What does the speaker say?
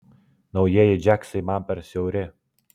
naujieji džiaksai man per siauri